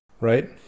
right